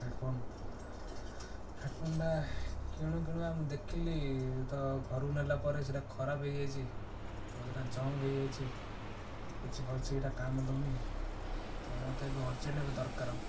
ହେଡ଼୍ଫୋନ୍ଟା କିଣୁ କିଣୁ ମୁଁ ଦେଖିଲି ତ ଘରୁ ନେଲା ପରେ ସେଇଟା ଖରାପ ହୋଇଯାଇଛି ତ ସେଟା ଜଙ୍କ୍ ହୋଇଯାଇଛି କିଛି ଭଲ ସେେଇଟା କାମ ଦେଉନି ତ ମୋତେ ଏବେ ଅର୍ଜେଣ୍ଟ୍ ଏବେ ଦରକାର